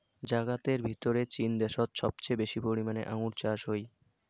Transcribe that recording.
জাগাতের ভিতরে চীন দ্যাশোত সবচেয়ে বেশি পরিমানে আঙ্গুর চাষ হই